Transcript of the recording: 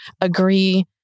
agree